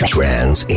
Trans